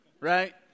right